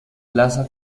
plaza